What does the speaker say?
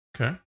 Okay